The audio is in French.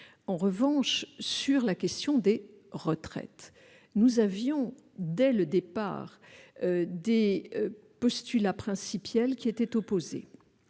Ensuite, sur la question des retraites, nous avions dès le départ des postulats qui étaient opposés.